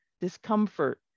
discomfort